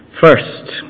First